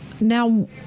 Now